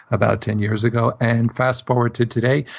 about ten years ago. and fast-forward to today.